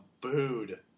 booed